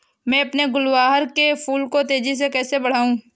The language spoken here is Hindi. मैं अपने गुलवहार के फूल को तेजी से कैसे बढाऊं?